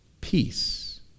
peace